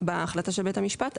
בהחלטה של בית המשפט,